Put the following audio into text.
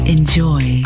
Enjoy